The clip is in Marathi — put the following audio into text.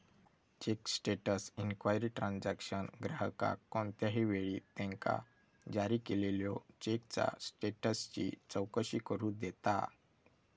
चेक स्टेटस इन्क्वायरी ट्रान्झॅक्शन ग्राहकाक कोणत्याही वेळी त्यांका जारी केलेल्यो चेकचा स्टेटसची चौकशी करू देता